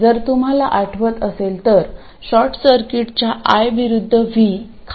जर तुम्हाला आठवत असेल तर शॉर्ट सर्किटच्या I विरूद्ध V खालीलप्रमाणे आहे